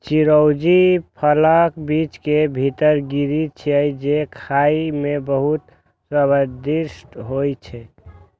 चिरौंजी फलक बीज के भीतर गिरी छियै, जे खाइ मे बहुत स्वादिष्ट होइ छै